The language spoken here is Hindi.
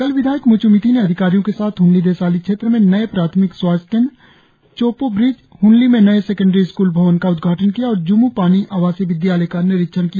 कल विधायक मुचु मिथि ने अधिकारियों के साथ ह्नली देसाली क्षेत्र में नए प्राथमिक स्वास्थ्य केंद्र चोपो ब्रिज हनली में नए सेकेंड्री स्कूल भवन का उद्घाटन किया और ज्म् पानी आवासीय विद्यालय का निरीक्षण किया